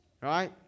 right